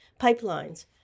pipelines